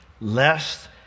Lest